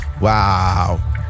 Wow